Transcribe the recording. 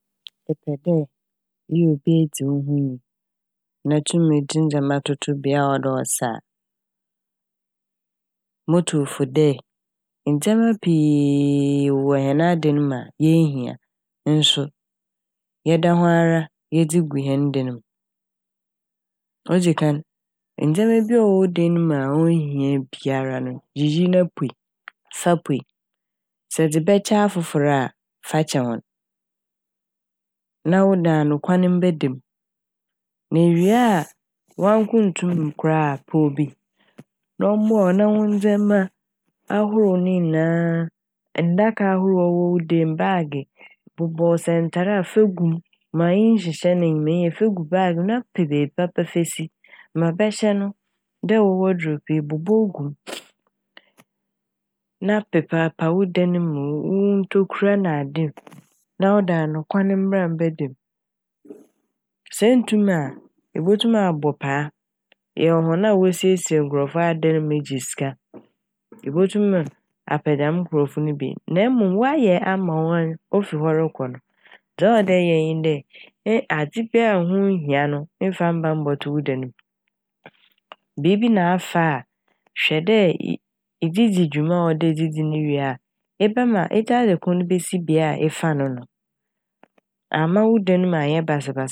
Epɛ dɛ eyɛ obi a idzi wo ho nyi na etum dze ndzɛma toto bea a ɔwɔ dɛ ɔsɛ a. Motu wo fo dɛ ndzɛma piiiii wɔwɔ hɛn adan mu a onnhia nso yɛda ho ara yɛdze gu hɛn dan mu. Odzikan, ndzɛma biara a ɔwo wo dan mu a onnhia biara no yiyi na puei- fa puei. Sɛ ɛdze bɛkyɛ afofor a fakyɛ hɔn. Na wo dan no kwan mbɛda m' na ewie a ɔannko nntum nkora ha pɛ obi na ɔmboa wo na wo ndzɛma ahorow ne nyinaa, ndaka ahorow a ɔwɔ wo dan mu, baage, bobɔw, sɛ ntar a fa gu mu ma nnhyehyɛ ne ma en- fa gu baage mu na pɛ beebi pa fa si. Ma bɛhyɛ no dɛ ewɔ wɔdrop bobɔw gu mu na pepaapa wo dan mu, wo ntokura nade na wo dan no kwan mbra bɛda mu. Sɛ enntum a ibotum abɔ paa, yɛ hɔn a wosiesie nkorɔfo adan mu gye sika ebotum apɛ dɛm nkorɔfo no bi. Na emom wɔayɛ ama wo efi hɔ rekɔ n' dza ɔwɔ dɛ ɛyɛ ne dɛ ɛ- adze biara ɛnnho nnhia no mmfa mmba mbɔto wo dan mu, biibi na afa a hwɛ dɛ e- edze dzi dwuma a ɔwɔ dɛ edze dzi ne wie a ebɛma - edze adze no besi bea efa no no amma wo dan mu annyɛ basabasa.